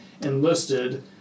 enlisted